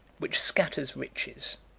which scatters riches,